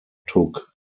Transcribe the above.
took